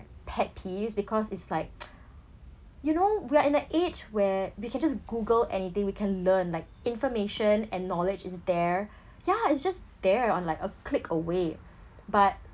pet peeves because it's like you know we're in a age where we can just google anything we can learn like information and knowledge is there yeah it's just there on like a click away but